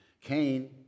Cain